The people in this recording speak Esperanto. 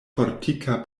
fortika